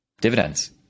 Dividends